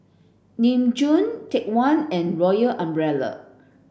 Nin Jiom Take One and Royal Umbrella